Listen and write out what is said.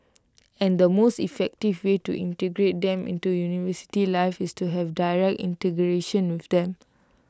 and the most effective way to integrate them into university life is to have direct integration with them